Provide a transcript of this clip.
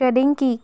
trading কি